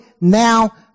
now